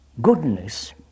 goodness